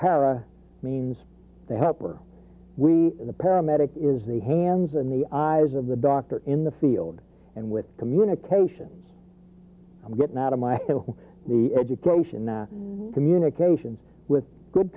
para means they help or we the paramedic is the hands and the eyes of the doctor in the field and with communication i'm getting out of my head of the education the communications with good